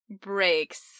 breaks